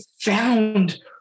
found